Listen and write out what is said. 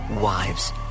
wives